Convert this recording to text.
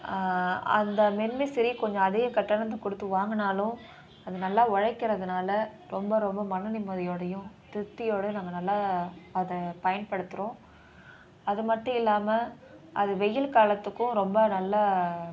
அந்த மின்விசிறி கொஞ்சம் அதே கட்டணத்தை கொடுத்து வாங்குனாலும் அது நல்லா உழைக்கிறதுனால ரொம்ப ரொம்ப மன நிம்மதியோடையும் திருப்தியோடை நாங்கள் நல்லா அதை பயன்படுத்துகிறோம் அது மட்டும் இல்லாமல் அது வெயில் காலத்துக்கும் ரொம்ப நல்லா